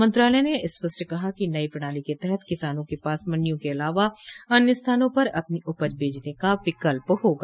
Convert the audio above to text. मंत्रालय ने स्पष्ट कहा है कि नई प्रणाली के तहत किसाना के पास मंडियों के अलावा अन्य स्थानों पर अपनी उपज बेचने का विकल्प होगा